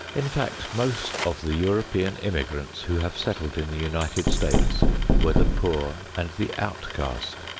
in fact, most of the european immigrants who have settled in the united states were the poor and the outcast,